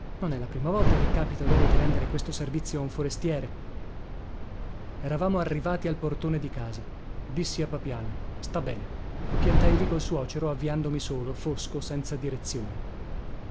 non è la prima volta che càpita loro di rendere questo servizio a un forestiere eravamo arrivati al portone di casa dissi a papiano sta bene e lo piantai lì col suocero avviandomi solo fosco senza direzione